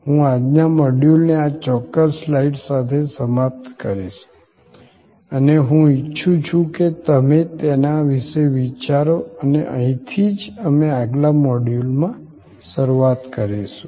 હું આજના આ મોડ્યુલને આ ચોક્કસ સ્લાઈડ સાથે સમાપ્ત કરીશ અને હું ઈચ્છું છું કે તમે તેના વિશે વિચારો અને અહીંથી જ અમે આગલા મોડ્યુલમાં શરૂઆત કરીશું